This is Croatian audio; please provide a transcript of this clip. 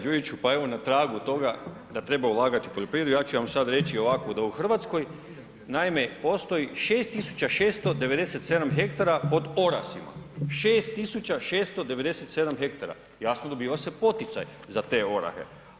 Kolega Đujiću, pa evo na tragu toga da treba ulagati u poljoprivredu ja ću vam sad reći ovako da u Hrvatskoj naime postoji 6697 hektara pod orasima 6697 hektara, jasno dobiva se poticaj za te orahe.